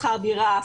שכר דירה,